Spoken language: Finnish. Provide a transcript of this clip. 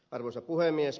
arvoisa puhemies